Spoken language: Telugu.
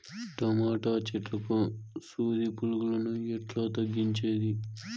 టమోటా చెట్లకు సూది పులుగులను ఎట్లా తగ్గించేది?